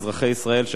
אזרחי ישראל,